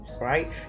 right